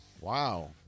Wow